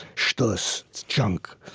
shtus. it's junk.